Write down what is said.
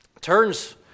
turns